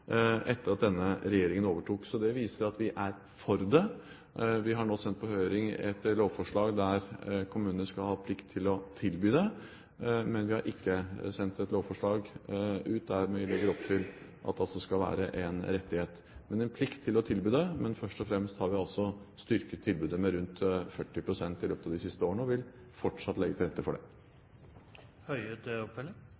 etter at denne regjeringen overtok. Så det viser at vi er for det. Vi har nå sendt på høring et lovforslag om at kommunene skal ha plikt til å tilby det. Vi har ikke sendt på høring et lovforslag der vi legger opp til at det skal være en rettighet, men en plikt til å tilby det. Men først og fremst har vi styrket tilbudet med rundt 40 pst. i løpet av de siste årene og vil fortsatt legge til rette for